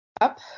up